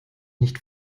nicht